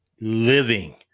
living